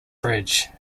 bridge